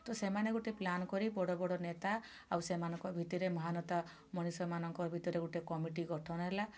ତ ସେମାନେ ଗୋଟେ ପ୍ଲାନ୍ କରି ବଡ଼ ବଡ଼ ନେତା ଆଉ ସେମାନଙ୍କ ଭିତରେ ମହାନତା ମଣିଷମାନଙ୍କ ଭିତରେ ଗୋଟିଏ କମିଟି ଗଠନ ହେଲା